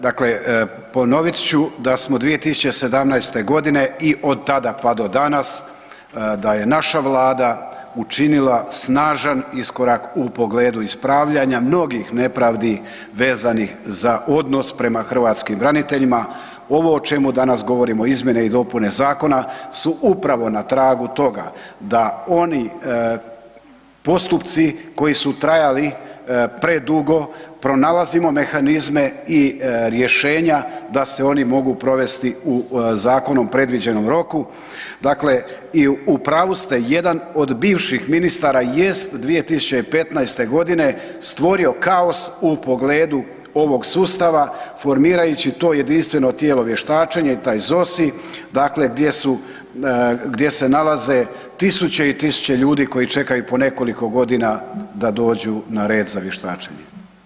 Dakle, ponovit ću da smo 2017. g. i od tada pa do danas da je naša Vlada učinila snažan iskorak u pogledu ispravljanja mnogih nepravdi vezanih za odnos prema hrvatskim braniteljima, ovo o čemu danas govorimo, izmjene i dopune zakona su upravo na tragu toga da oni postupci koji su trajali predugo, pronalazimo mehanizme i rješenja da se oni mogu provesti u zakonom predviđenom roku, dakle i u pravu ste, jedan od bivših ministara jest 2015. g. stvorio kaos u pogledu ovog sustava formirajući to jedinstveno tijelo vještačenje, taj ZOSI, dakle gdje su, gdje se nalaze tisuće i tisuće ljudi koji čekaju po nekoliko godina da dođu na red za vještačenje.